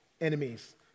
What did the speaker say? enemies